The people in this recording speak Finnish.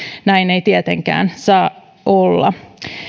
näin ei tietenkään saa olla